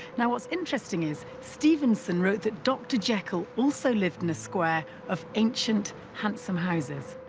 now what's interesting is stevenson wrote that dr. jekyll also lived in a square of ancient, handsome houses.